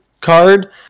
card